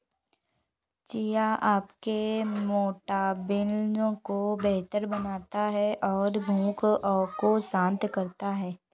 chia आपके metabolism को बेहतर बनाता है और भूख को शांत करता है